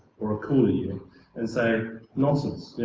or a cooler year and say nonsense, yeah